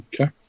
Okay